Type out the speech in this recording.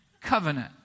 covenant